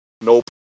Nope